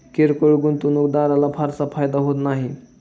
किरकोळ गुंतवणूकदाराला फारसा फायदा होत नाही